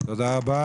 תודה רבה.